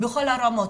בכל הרמות.